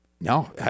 no